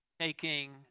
taking